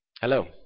Hello